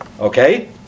Okay